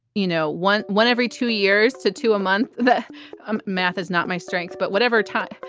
you know, one one every two years to two a month the um math is not my strength, but whatever time.